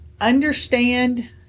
understand